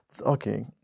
Okay